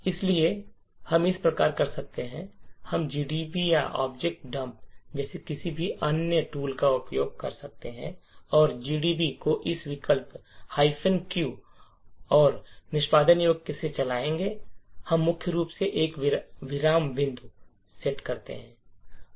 इसलिए हम इस प्रकार कर सकते हैं कि हम GDB या OBJDUMP जैसे किसी भी अन्य टूल का उपयोग कर सकते हैं और इस GDB को इस विकल्प q और निष्पादन योग्य के साथ चलाएं और हम मुख्य रूप से एक विराम बिंदु सेट करते हैं